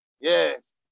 yes